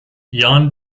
yarn